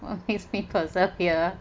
what makes me persevere